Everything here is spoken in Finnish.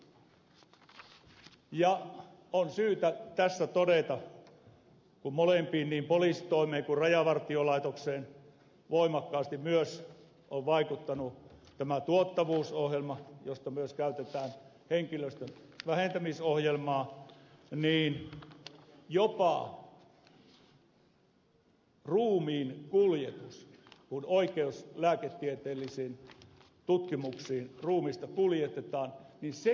on syytä tässä todeta kun molempiin niin poliisitoimeen kuin rajavartiolaitokseen voimakkaasti on vaikuttanut myös tuottavuusohjelma josta käytetään myös nimeä henkilöstön vähentämisohjelma että jopa ruumiinkuljetus kun oikeuslääketieteellisiin tutkimuksiin ruumista kuljetetaan on kilpailutettu